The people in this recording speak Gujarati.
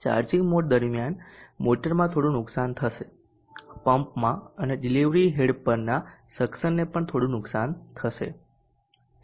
ચાર્જિંગ મોડ દરમિયાન મોટરમાં થોડું નુકસાન થશે પંપમાં અને ડિલિવરી હેડપરના સકસનને પણ થોડું નુકસાન થશે